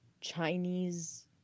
Chinese